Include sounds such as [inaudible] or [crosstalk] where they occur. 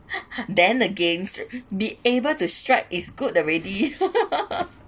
[laughs] then the games be able to strike is good already [laughs]